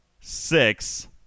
six